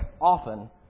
often